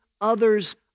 others